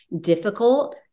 difficult